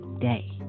day